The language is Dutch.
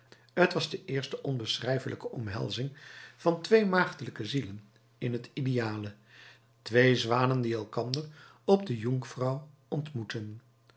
t was de eerste onbeschrijfelijke omhelzing van twee maagdelijke zielen in het ideale twee zwanen die elkander op de jungfrau ontmoetten